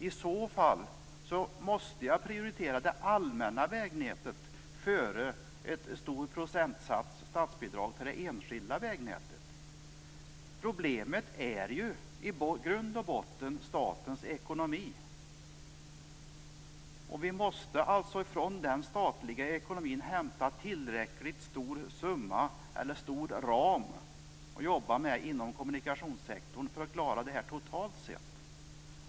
I så fall måste jag prioritera det allmänna vägnätet framför en stor procentsats statsbidrag till det enskilda vägnätet. Problemet är ju i grund och botten statens ekonomi. Vi måste alltså från den statliga ekonomin hämta en tillräckligt stor ram att jobba med inom kommunikationssektorn för att klara det här totalt sett.